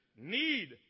need